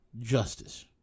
justice